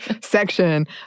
section